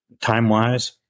time-wise